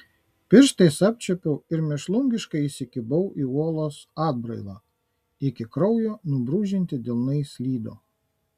pirštais apčiuopiau ir mėšlungiškai įsikibau į uolos atbrailą iki kraujo nubrūžinti delnai slydo